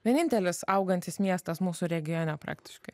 vienintelis augantis miestas mūsų regione praktiškai